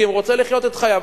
כי הוא רוצה לחיות את חייו,